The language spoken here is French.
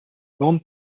bande